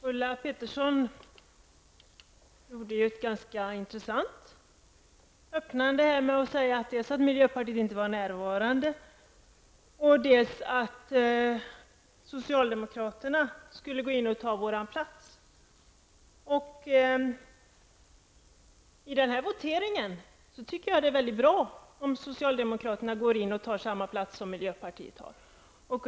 Herr talman! Ulla Pettersson inledde sitt anförande med att säga att miljöpartiets anmälde talare inte var närvarande och att socialdemokraterna skulle ta över vår plats. Jag tycker att det skulle vara mycket bra om socialdemokraterna i den kommande voteringen ville ta över miljöpartiets ståndpunkt.